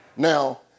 Now